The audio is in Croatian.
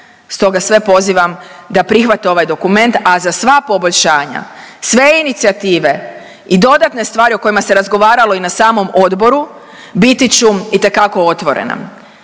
Stoga sve pozivam da prihvate ovaj dokument, a za sva poboljšanja, sve inicijative i dodatne stvari o kojima se razgovaralo i na samom odboru biti ću itekako otvorena.